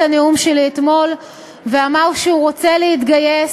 הנאום שלי אתמול ואמר שהוא רוצה להתגייס,